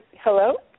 hello